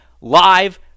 live